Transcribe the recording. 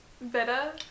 better